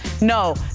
no